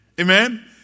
amen